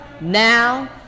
Now